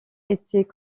étaient